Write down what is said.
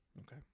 Okay